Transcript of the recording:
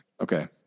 Okay